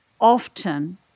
often